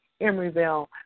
Emeryville